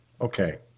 Okay